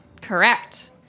Correct